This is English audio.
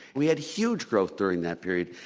we had huge growth during that period.